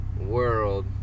world